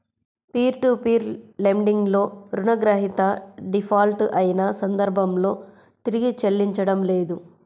peer to peer lending లో రుణగ్రహీత default అయిన సందర్భంలో తిరిగి చెల్లించడం లేదు